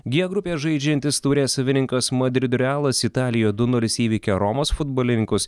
gie grupėje žaidžiantis taurės savininkas madrido realas italijoje du nulis įveikė romos futbolininkus